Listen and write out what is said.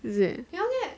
is it